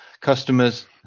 customers